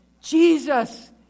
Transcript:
Jesus